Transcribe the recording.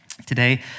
Today